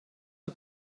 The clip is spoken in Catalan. que